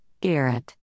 Garrett